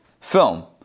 film